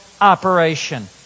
operation